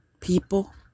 People